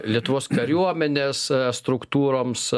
lietuvos kariuomenės struktūroms